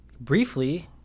briefly